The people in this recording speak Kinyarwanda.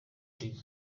ukuri